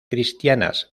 cristianas